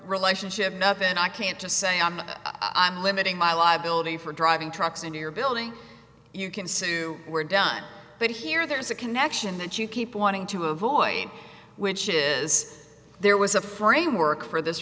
relationship nuffin i can't just say i'm i'm limiting my liability for driving trucks in your building you can sue we're done but here there's a connection that you keep wanting to avoid which is there was a framework for this